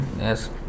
yes